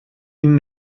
ihnen